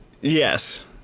Yes